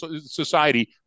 society